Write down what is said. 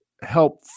help